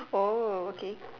oh okay